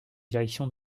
direction